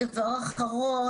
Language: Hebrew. דבר אחרון.